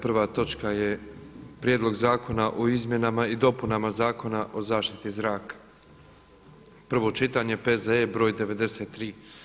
Prva točka je - Prijedlog zakona o izmjenama i dopunama Zakona o zaštiti zraka, prvo čitanje P.Z.E. br. 93.